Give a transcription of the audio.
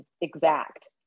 exact